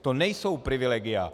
To nejsou privilegia.